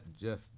Jeff